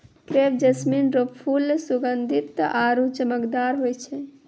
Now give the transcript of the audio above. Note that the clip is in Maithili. क्रेप जैस्मीन रो फूल सुगंधीत आरु चमकदार होय छै